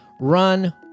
run